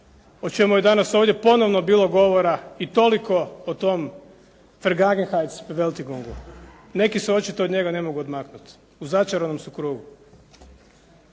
o čemu je danas ovdje ponovno bilo govora i toliko o tom Vergangenheits veltigungu. Neki se očito od njega ne mogu odmaknuti, u začaranom su krugu.